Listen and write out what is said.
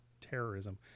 terrorism